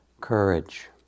Courage